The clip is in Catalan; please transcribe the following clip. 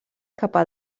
capa